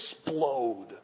explode